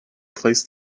placed